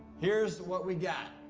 here's what we got.